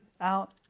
out